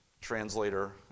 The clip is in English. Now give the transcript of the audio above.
translator